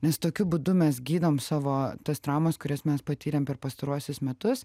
nes tokiu būdu mes gydom savo toas traumas kurias mes patyrėm per pastaruosius metus